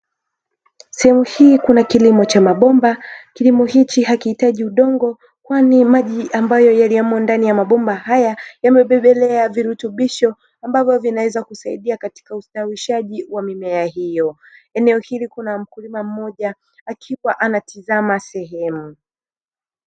Sehemu hii kuna kilimo cha mabomba kilimo hichi hakihitaji udongo kwani maji ambayo yaliyomo ndani ya mabomba haya yamebeba virutubisho ambavyo vinaweza kusaidia katika ustawishaji wa mimea hiyo eneo hili kuna mkulima mmoja akiwa anatizama sehemu.